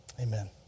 Amen